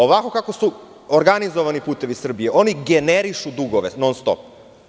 Ovako kako su organizovani "Putevi Srbije", oni generišu dugove non-stop.